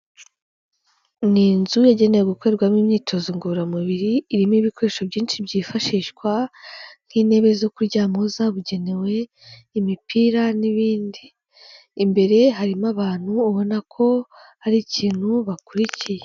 Ni inzu yagenewe gukorerwamo imyitozo ngororamubiri, irimo ibikoresho byinshi byifashishwa nk'intebe zo kuryamaho zabugenewe, imipira n'ibindi, imbere harimo abantu ubona ko hari ikintu bakurikiye.